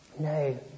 No